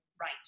right